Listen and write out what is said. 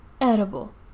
edible